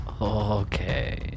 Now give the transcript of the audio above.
okay